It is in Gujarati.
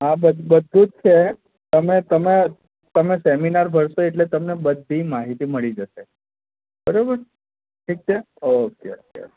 હા બ બધું જ છે તમે તમે તમે સેમિનાર ભરશો એટલે તમને બધી માહિતી મળી જશે બરાબર ઠીક છે ઓકે